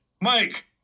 Mike